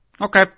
Okay